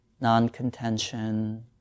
non-contention